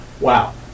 Wow